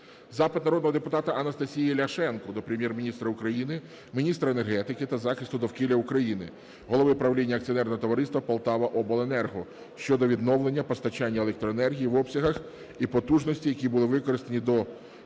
Запит народного депутата Анастасії Ляшенко до Прем'єр-міністра України, міністра енергетики та захисту довкілля України, голови правління акціонерного товариства "Полтаваобленерго" щодо відновлення постачання електроенергії в обсягах і потужністю, які були у використанні до проведення